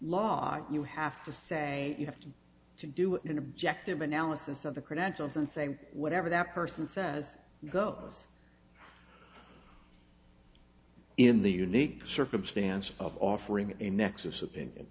law you have to say you have to do it in an objective analysis of the credentials and say whatever that person says goes in the unique circumstance of offering a nexus opinion